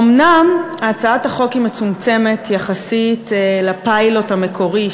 אומנם הצעת החוק מצומצמת יחסית לפיילוט המקורי,